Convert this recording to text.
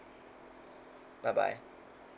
bye bye